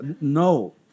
no